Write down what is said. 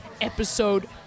episode